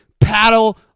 paddle